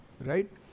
right